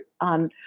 on